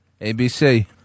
ABC